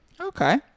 Okay